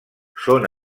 són